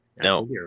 No